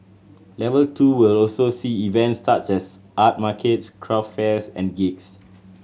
level two will also see events such as art markets craft fairs and gigs